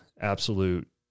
absolute